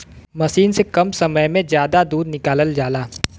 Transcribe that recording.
मसीन से कम समय में जादा दूध निकालल जाला